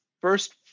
first